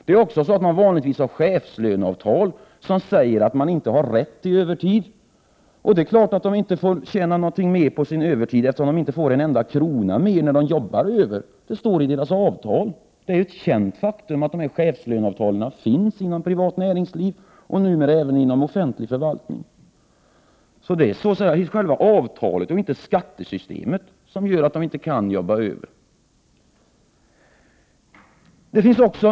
Det är också så att man vanligtvis har chefslöneavtal som säger att man inte har rätt till övertidsersättning. Det är klart att man inte tjänar någonting mer på sin övertid, eftersom man inte får en enda krona mer när man jobbar över — det står i de personernas avtal. Det är ett känt faktum att dessa chefslöneavtal finns inom privat näringsliv och numera även inom offentlig förvaltning. Det är så att säga avtalet och inte skattesystemet som gör att de inte kan jobba över.